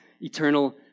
eternal